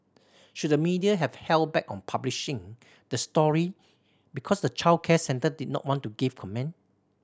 should the media have held back on publishing the story because the childcare centre did not want to give comment